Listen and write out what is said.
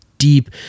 deep